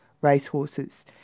racehorses